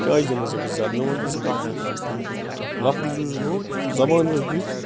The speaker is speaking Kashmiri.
کیٛازِ دِمٕے ژےٚ بہٕ زیادٕ مےٚ وَن تہٕ ژٕ کَتھ اَکھ لفظ یُس گوٚو زبان یۄس دِژ